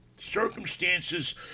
circumstances